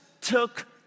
took